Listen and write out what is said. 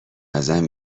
ازم